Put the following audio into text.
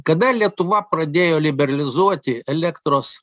kada lietuva pradėjo liberalizuoti elektros